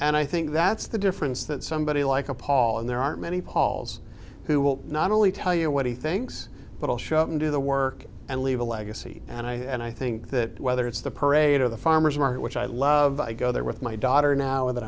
and i think that's the difference that somebody like a paul and there aren't many pauls who will not only tell you what he thinks but i'll show up and do the work and leave a legacy and i think that whether it's the parade of the farmer's market which i love i go there with my daughter now that